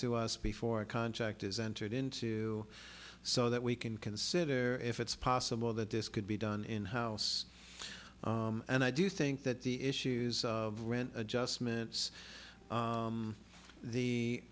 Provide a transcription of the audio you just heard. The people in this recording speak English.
to us before a contract is entered into so that we can consider if it's possible that this could be done in house and i do think that the issues of rent adjustments